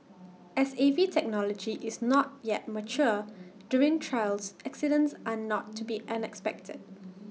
as A V technology is not yet mature during trials accidents are not to be unexpected